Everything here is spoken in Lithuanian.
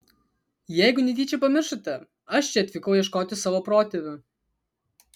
jeigu netyčia pamiršote aš čia atvykau ieškoti savo protėvių